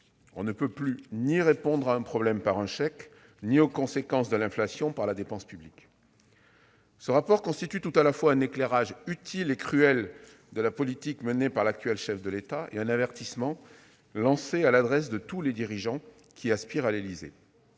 On ne peut plus ni résoudre les problèmes en signant des chèques ni répondre aux conséquences de l'inflation par la dépense publique ! Ce rapport constitue tout à la fois un éclairage utile et cruel de la politique menée par l'actuel chef de l'État et un avertissement lancé à l'adresse de tous les dirigeants qui aspirent à l'Élysée.